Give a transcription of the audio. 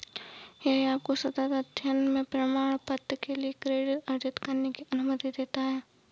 यह आपको सतत अध्ययन में प्रमाणपत्र के लिए क्रेडिट अर्जित करने की अनुमति देता है